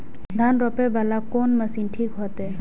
धान रोपे वाला कोन मशीन ठीक होते?